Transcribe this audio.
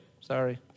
Sorry